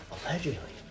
Allegedly